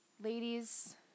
Ladies